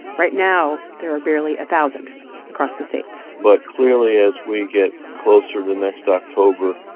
right now, there are barely a thousand across the states but clearly, as we get closer to next october,